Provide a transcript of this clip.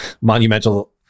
monumental